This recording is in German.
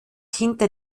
hinter